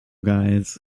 guys